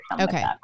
Okay